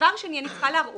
דבר שני, אני מוכרחה להראות